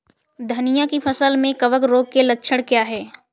धनिया की फसल में कवक रोग के लक्षण क्या है?